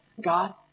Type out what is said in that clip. God